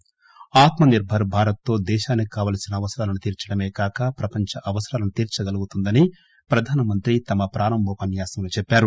ఆత్మ నిర్బర్ భారత్ తో దేశానికి కావలసిన అవసరాలను తీర్చడమే కాక ప్రపంచ అవసరాలను తీర్చగలుగుతుందని ప్రధాన మంత్రి తమ ప్రారంభ ఉపన్యాసంలో చెప్పారు